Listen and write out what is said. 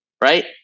right